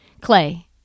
Clay